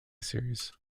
series